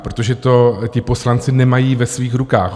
Protože to ti poslanci nemají ve svých rukách.